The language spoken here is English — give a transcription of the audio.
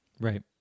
Right